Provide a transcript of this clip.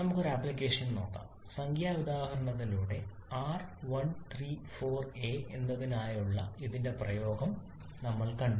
നമുക്ക് ഒരു ആപ്ലിക്കേഷൻ നോക്കാം സംഖ്യാ ഉദാഹരണങ്ങളിലൂടെ R134a എന്നതിനായുള്ള ഇതിന്റെ പ്രയോഗം നമ്മൾ കണ്ടു